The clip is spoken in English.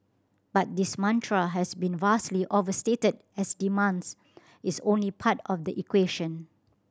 but this mantra has been vastly overstated as demands is only part of the equation